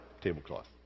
tablecloth